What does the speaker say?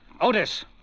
Otis